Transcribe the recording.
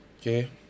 okay